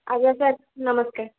ଆଜ୍ଞା ସାର୍ ନମସ୍କାର